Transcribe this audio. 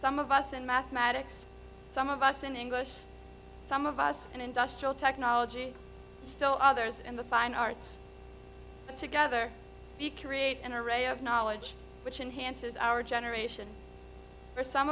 some of us in mathematics some of us in english some of us in industrial technology still others in the fine arts but together we create an array of knowledge which enhances our generation for some